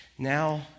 Now